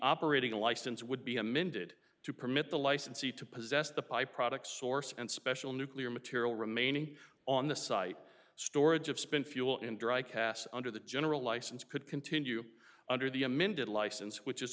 operating a license would be amended to permit the licensee to possess the byproduct source and special nuclear material remaining on the site storage of spent fuel in dry cast under the general license could continue under the amended license which is